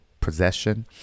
possession